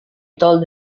told